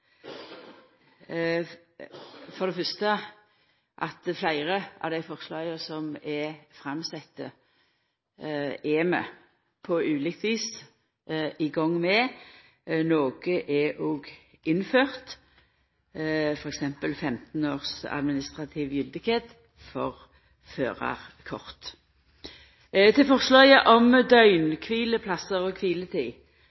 For det fyrste er vi på ulikt vis i gang med fleire av dei forslaga som er sette fram – nokre er òg innførde, f.eks. 15 års administrativ gyldigheit for førarkort. Til forslaget om